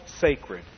sacred